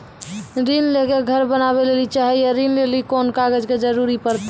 ऋण ले के घर बनावे लेली चाहे या ऋण लेली कोन कागज के जरूरी परतै?